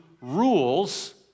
rules